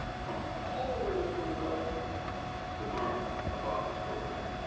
come all the way to philadelphia to learn about this program.